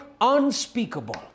unspeakable